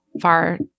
far